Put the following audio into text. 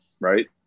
Right